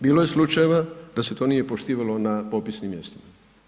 Bilo je slučajeva da se to nije poštivalo na popisnim mjestima.